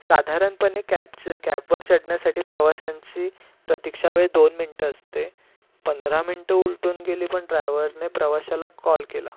साधारणपणे कॅबचं कॅबवर चढण्यासाठी प्रवाश्यांची प्रतीक्षावेळ दोन मिंनिटं असते पंधरा मिंनिटं उलटून गेली पण ड्रायव्हरने प्रवाशाला कॉल केला